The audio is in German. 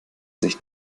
sich